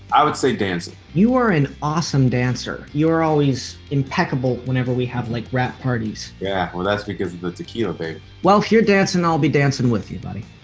i would say dancing. you are an awesome dancer. you're always impeccable whenever we have like rap parties. yeah well that's because the tequila, baby. well if you're dancing, i'll be dancing with you, buddy.